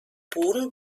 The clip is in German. boden